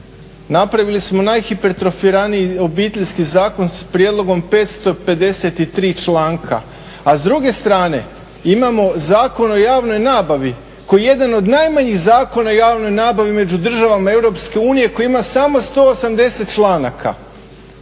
napravili smo najhipertrofiraniji Obiteljski zakon s prijedlogom 553 članka, a s druge strane imamo Zakon o javnoj nabavi koji je jedan od najmanjih zakona o javnoj nabavi među državama Europske unije koji ima samo 180 članaka.